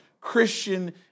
Christian